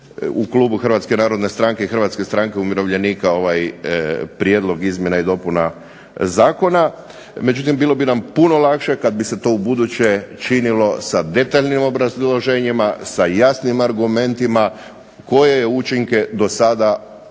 u klubu Hrvatske narodne stranke i Hrvatske stranke umirovljenika ovaj prijedlog izmjena i dopuna zakona, međutim bilo bi nam puno lakše kad bi se to ubuduće činilo sa detaljnim obrazloženjima, sa jasnim argumentima, koje učinke do sada temeljni